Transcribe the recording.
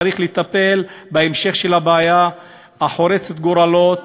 צריך לטפל בהמשך בבעיה החורצת גורלות,